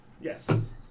Yes